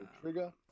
trigger